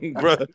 bro